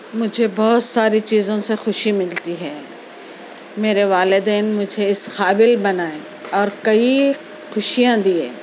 مجھے بہت ساری چیزوں سے خوشی ملتی ہے میرے والدین مجھے اس قابل بنائے اور کئی خوشیاں دیے